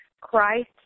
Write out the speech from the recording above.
Christ